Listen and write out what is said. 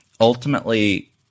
Ultimately